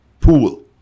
pool